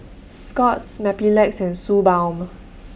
Scott's Mepilex and Suu Balm